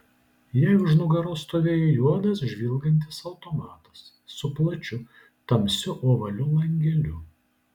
jai už nugaros stovėjo juodas žvilgantis automatas su plačiu tamsiu ovaliu langeliu